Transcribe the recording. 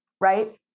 right